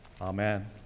Amen